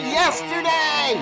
yesterday